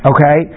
Okay